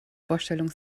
vorstellung